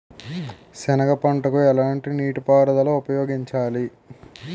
సెనగ పంటకు ఎలాంటి నీటిపారుదల ఉపయోగించాలి?